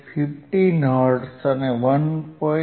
15 hertz અને 1